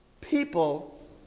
People